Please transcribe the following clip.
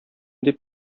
дип